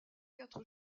quatre